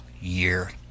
year